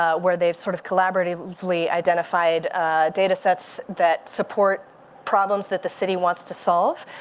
ah where they've sort of collaboratively identified data sets that support problems that the city wants to solve.